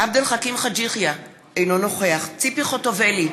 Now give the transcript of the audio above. עבד אל חכים חאג' יחיא, אינו נוכח ציפי חוטובלי,